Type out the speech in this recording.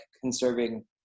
conserving